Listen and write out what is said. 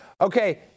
Okay